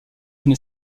une